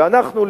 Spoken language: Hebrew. ואנחנו,